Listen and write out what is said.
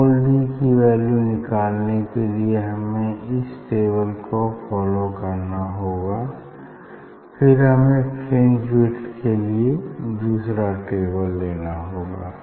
small D की value निकालने के लिए हमें इस टेबल को फॉलो करना होगा फिर हमें फ्रिंज विड्थ के लिए दूसरा टेबल लेना होगा